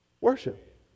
worship